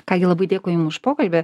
ką gi labai dėkui jum už pokalbį